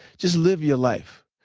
just live your life.